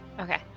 Okay